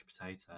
potato